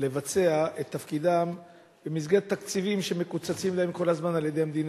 לבצע את תפקידן במסגרת תקציבים שמקוצצים להן כל הזמן על-ידי המדינה.